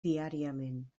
diàriament